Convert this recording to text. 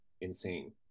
insane